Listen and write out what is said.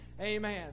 Amen